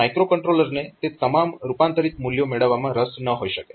તો માઇક્રોકંટ્રોલરને તે તમામ રૂપાંતરીત મૂલ્યો મેળવવામાં રસ ન હોઈ શકે